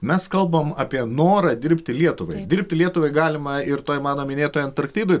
mes kalbam apie norą dirbti lietuvai dirbti lietuvai galima ir toj mano minėtoj antarktidoj